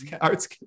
Arts